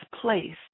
placed